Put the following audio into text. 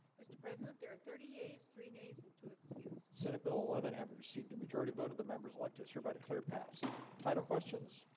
mr. president there are thirty days three days into excused senate bill eleven haven't received a majority vote of the members electus hereby declare pass title questions,